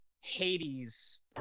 Hades